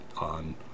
on